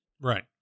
right